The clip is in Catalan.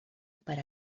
per